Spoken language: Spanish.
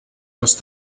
los